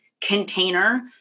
container